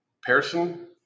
Pearson